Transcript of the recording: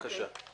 בבקשה.